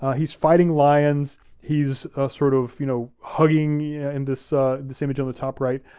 ah he's fighting lions, he's sort of you know hugging yeah and this ah this image on the top right,